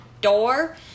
door